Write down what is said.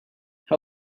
how